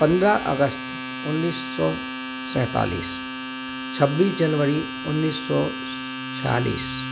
ए पंद्रह अगस्त उन्नीस सौ सैन्तालिस छब्बीस जनवरी उन्नीस सौ छियालीस